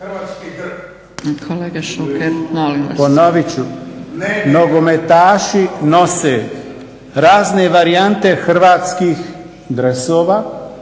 razumije./ … Ponovit ću, nogometaši nose razne varijante hrvatskih dresova,